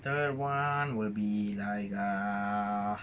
third [one] will be like err